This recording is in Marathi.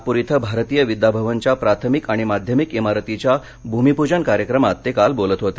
नागपूर इथं भारतीय विद्याभवनच्या प्राथमिक आणि माध्यमिक इमारतीच्या भूमीपूजन कार्यक्रमात ते काल बोलत होते